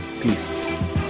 Peace